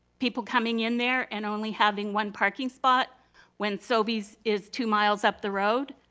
people coming in there and only having one parking spot when sobeys is two miles up the road.